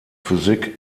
physik